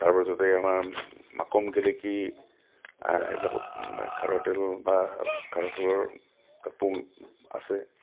তাৰ পাছতে আমাৰ মাকুম গেলেকী এইবিলাকত খাৰুৱা তেল বা খাৰুৱা তেলৰ তাত পুং আছে